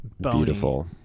Beautiful